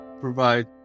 provide